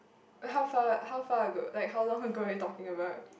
like how far how far ago like how long ago are we talking about